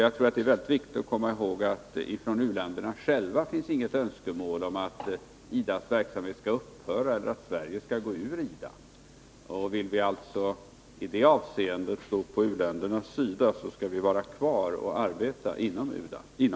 Jag tror det är väldigt viktigt att komma ihåg att från u-länderna själva finns inget önskemål om att IDA:s verksamhet skall upphöra eller att Sverige skall gå ur IDA, och vill vi alltså i det avseendet stå på u-ländernas sida skall vi vara kvar och arbeta inom IDA.